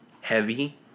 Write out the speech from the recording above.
heavy